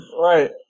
Right